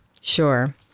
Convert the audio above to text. Sure